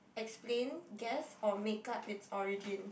explain guess or make up its origins